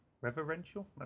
Reverential